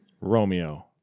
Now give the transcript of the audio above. Romeo